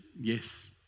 yes